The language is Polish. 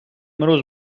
mróz